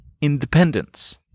independence